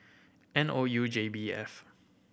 N O U J B F